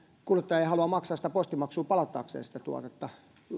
kuluttaja ei halua maksaa postimaksua palauttaakseen sitä tuotetta